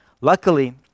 Luckily